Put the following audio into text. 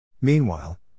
Meanwhile